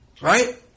right